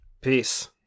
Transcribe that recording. Peace